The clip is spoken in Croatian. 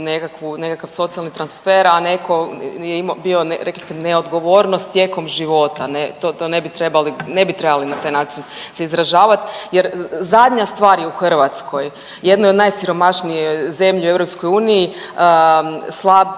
nekakav socijalni transfer, a netko je imao, bio, rekli ste neodgovornost tijekom života, ne to ne bi trebali, ne bi trebali na taj način se izražavati jer zadnja stvar je u Hrvatskoj jednoj od najsiromašnijih zemlji u EU slab